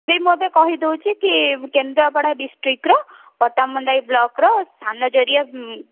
ସେ ମତେ କହିଦେଉଛି କି କେନ୍ଦ୍ରାପଡ଼ା ଡିଷ୍ଟ୍ରିକ୍ର ପଟାମୁଣ୍ଡାଇ ବ୍ଲକର ସାନଜରିଆ